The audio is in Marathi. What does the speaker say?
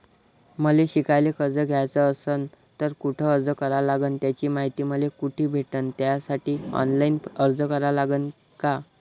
मले शिकायले कर्ज घ्याच असन तर कुठ अर्ज करा लागन त्याची मायती मले कुठी भेटन त्यासाठी ऑनलाईन अर्ज करा लागन का?